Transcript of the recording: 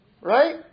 right